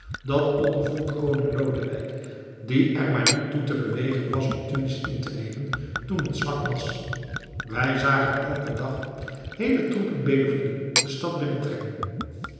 dat ondervond koning lodewijk die er maar niet toe te bewegen was om tunis in te nemen toen het zwak was wij zagen elken dag heele troepen bedouïnen de stad